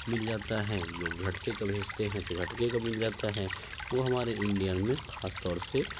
مل جاتا ہے لوگ جھٹکے کا بھیجتے ہیں تو جھٹکے کا مل جاتا ہے وہ ہمارے انڈیا میں خاص طور سے